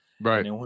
right